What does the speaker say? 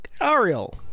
Ariel